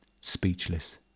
speechless